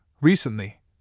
Recently